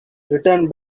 written